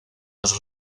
los